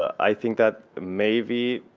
i think that maybe